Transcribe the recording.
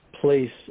place